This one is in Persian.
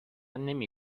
نمی